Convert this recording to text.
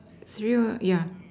tree work yeah